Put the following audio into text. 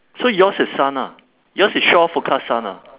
so yours is sun ah yours is shore forecast sun ah